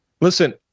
Listen